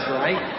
right